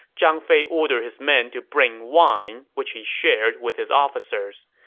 zhang fei ordered his men to bring wine, which he shared with his officers.